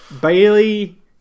Bailey